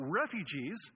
refugees